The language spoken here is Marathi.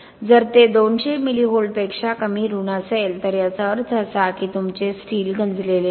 जर ते 200 मिली व्होल्टपेक्षा कमी ऋण असेल तर याचा अर्थ असा की तुमचे स्टील गंजलेले नाही